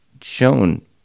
shown